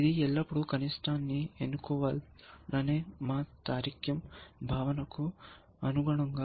ఇది ఎల్లప్పుడూ కనిష్టాన్ని ఎన్నుకోవాలనే మా తార్కిక భావనకు అనుగుణంగా ఉందని మీరు చూడవచ్చు